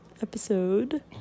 episode